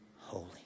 holy